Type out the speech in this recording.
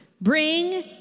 bring